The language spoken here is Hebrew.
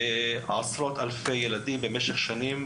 ועשרות ילדים במשך עשרות שנים,